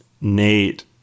Nate